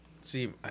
see